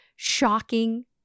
Shocking